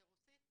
לרוסית,